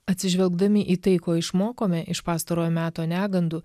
atsižvelgdami į tai ko išmokome iš pastarojo meto negandų